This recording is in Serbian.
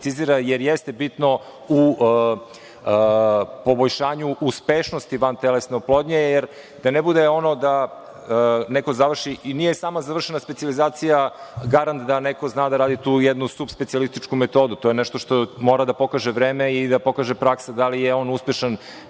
jer jeste bitno u poboljšanju uspešnosti vantelesne oplodnje, jer da ne bude ono da neko završi, i nije samo završena specijalizacija garant da neko zna da radi tu jednu supspecijalističku metodu. To je nešto što mora da pokaže vreme i da pokaže praksa da li je on uspešan